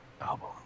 album